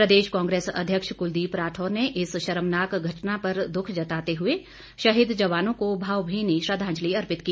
प्रदेश कांग्रेस अध्यक्ष कुलदीप राठौर ने इस शर्मनाक घटना पर दुख जताते हुए शहीद जवानों को भावभीनी श्रद्धांजलि अर्पित की